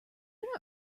not